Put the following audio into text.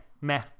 meh